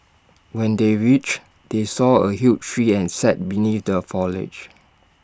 when they reached they saw A huge tree and sat beneath the foliage